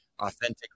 authentic